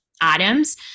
items